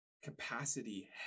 Capacity